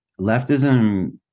leftism